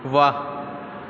वाह